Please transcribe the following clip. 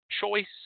choice